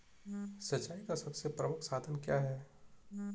सिंचाई का सबसे प्रमुख साधन क्या है?